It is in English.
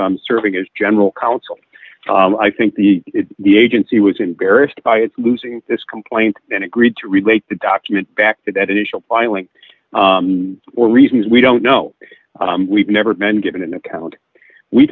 serving as general counsel i think the the agency was embarrassed by its losing this complaint and agreed to relate the document back to that initial filing or reasons we don't know we've never been given an account we